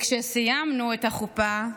כשסיימנו את החופה,